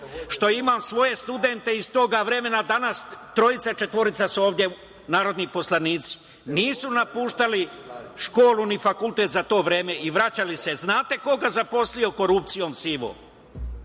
što imam svoje studente iz tog vremena, danas trojica, četvorica su ovde narodni poslanici, nisu napuštali školu ni fakultet za to vreme i vraćali se. Znate ko ga zaposlio korupcijom sivom?